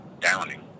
downing